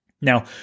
Now